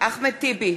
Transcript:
אחמד טיבי,